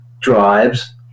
drives